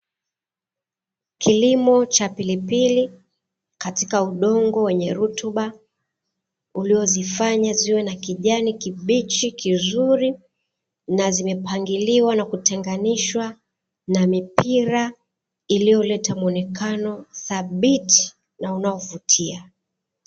Kilimo cha pilipili katika udongo wenye rutuba uliozifanya ziwe na kijani kibichi kizuri, na zimepangiliwa na kutenganishwa na mipira iliyoleta mwonekano thabiti na unaovutia.